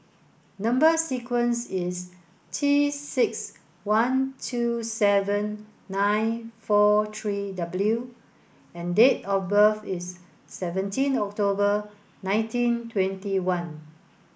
number sequence is T six one two seven nine four three W and date of birth is seventeen October nineteen twenty one